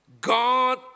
God